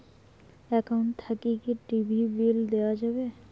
Account থাকি কি TV bill দেওয়া যাবে?